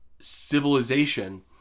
civilization